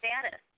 status